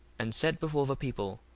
and said before the people,